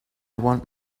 want